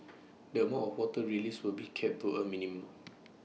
the amount of water released will be kept to A minimum